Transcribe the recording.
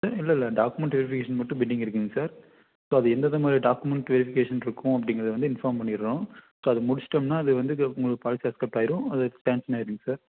sir இல்லை இல்லை document verification மட்டும் பெண்டிங் இருக்குதுங்க சார் ஸோ அது எந்த விதமான டாக்குமெண்ட் வெரிஃபிகேஷன் இருக்கும் அப்படிங்கிறத வந்து இன்பார்ம் பண்ணிடுறோம் ஸோ அது முடிச்சுட்டோம்னா அதுவந்து உங்களுக்கு பாலிசி அக்சப்ட் ஆகிரும் அது சாங்க்ஷன் ஆயிருங்க சார்